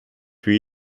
für